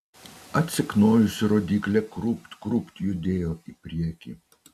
atsiknojusi rodyklė krūpt krūpt judėjo į priekį